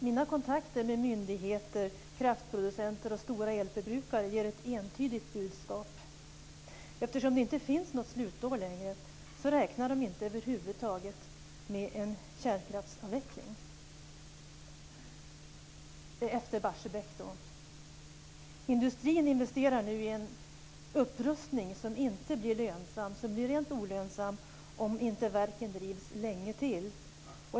Mina kontakter med myndigheter, kraftproducenter och stora elförbrukare ger ett entydigt budskap. Eftersom det inte längre finns något slutår räknar de över huvud taget inte med en kärnkraftsavveckling efter Barsebäck. Industrin investerar nu i en upprustning som blir rent olönsam om verken inte drivs länge till.